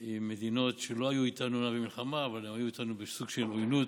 עם מדינות שאומנם לא היו איתנו במלחמה אבל הן היו איתנו בסוג של עוינות,